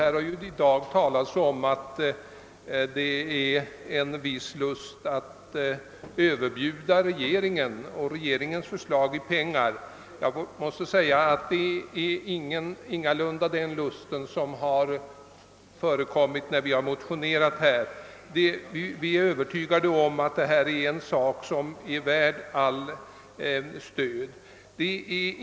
Det har här i debatten sagts att man visat lust att överbjuda regeringens förslag, men det är ingalunda den lusten som drivit oss när vi motionerat om De blindas förenings biblioteksverksamhet. Vi är övertygade om att det är en verksamhet som är värd allt stöd.